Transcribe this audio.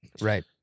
right